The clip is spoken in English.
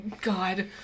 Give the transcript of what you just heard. God